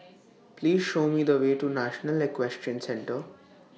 Please Show Me The Way to National Equestrian Centre